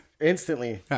instantly